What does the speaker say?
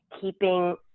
keeping